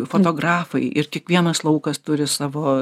fotografai ir kiekvienas laukas turi savo